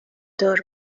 دار